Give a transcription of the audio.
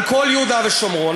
על כל יהודה ושומרון.